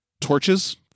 torches